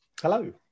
Hello